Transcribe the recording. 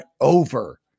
over